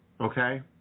Okay